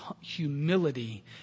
humility